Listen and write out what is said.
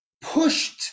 pushed